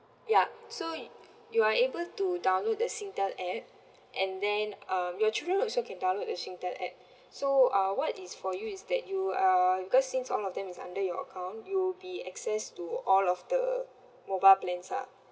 yup so you are able to download the singtel app and then um your children also can download the singtel app so uh what is for you is that you are because since all of them is under your account you'll be accessed to all of the mobile plans lah